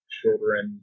children